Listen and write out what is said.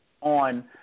on